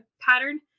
pattern